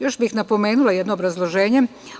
Još bih napomenula jedno obrazloženje.